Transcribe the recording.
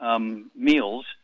meals